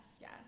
yes